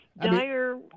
Dire